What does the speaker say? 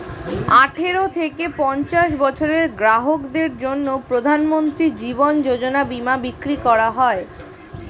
আঠারো থেকে পঞ্চাশ বছরের গ্রাহকদের জন্য প্রধানমন্ত্রী জীবন যোজনা বীমা বিক্রি করা হয়